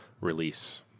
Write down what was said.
release